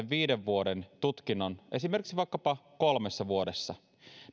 viiden vuoden tutkinnon vaikkapa kolmessa vuodessa